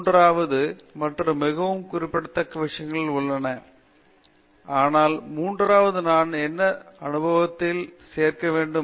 மூன்றாவது மற்றும் மிகவும் குறிப்பிடத்தக்க விஷயங்கள் உள்ளன ஆனால் மூன்றாவது நான் என் சொந்த அனுபவத்தில் இருந்து சேர்க்க வேண்டும்